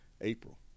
April